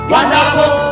Wonderful